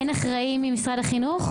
אין אחראי ממשרד החינוך?